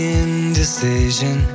indecision